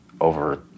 over